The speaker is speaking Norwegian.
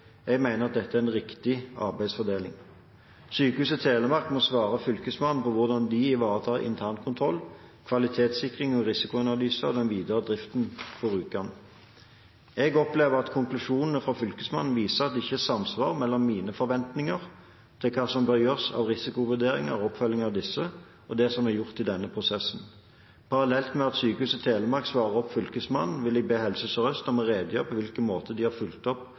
Jeg mener at dette er en riktig arbeidsfordeling. Sykehuset Telemark må svare Fylkesmannen på hvordan de ivaretar internkontroll, kvalitetssikring og risikoanalyser under den videre driften på Rjukan. Jeg opplever at konklusjonene fra Fylkesmannen viser at det ikke er samsvar mellom mine forventninger til det som bør gjøres av risikovurderinger og oppfølging av disse, og det som er gjort i denne prosessen. Parallelt med at Sykehuset Telemark svarer Fylkesmannen, vil jeg be Helse Sør-Øst om å redegjøre for på hvilken måte de har fulgt opp